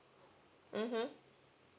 mmhmm